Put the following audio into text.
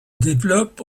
développe